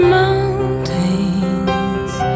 mountains